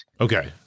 Okay